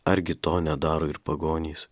argi to nedaro ir pagonys